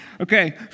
Okay